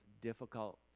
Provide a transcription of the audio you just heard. difficult